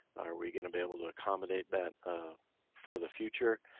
are we gonna be able to accommodate that for the future.